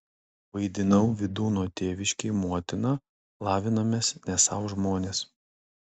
vaidinau vydūno tėviškėj motiną lavinomės ne sau žmonės